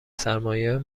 سرمایههای